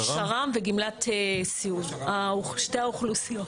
שר"מ וגמלת סיעוד, שתי האוכלוסיות.